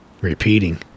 Repeating